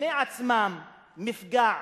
בפני עצמם מפגע,